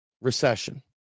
recession